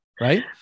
Right